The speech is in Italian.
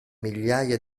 migliaia